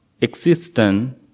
existence